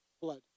blood